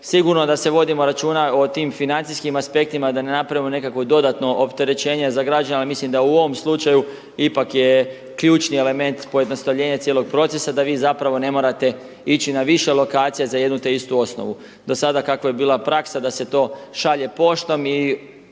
sigurno da vodimo računa o tim financijskim aspektima, da ne napravimo nekakvo dodatno opterećenje za građane ali mislim da u ovom slučaju ipak je ključni element pojednostavljenje cijelog procesa da vi zapravo ne morate ići na više lokacija za jedno te istu osnovu. Do sada kako je bila praksa da se to šalje poštom i